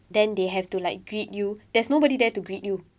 then they have to like greet you there's nobody there to greet you